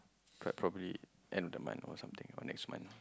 but probably end of the month or something or next month